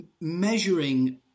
measuring